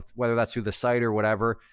whether that's through the site or whatever,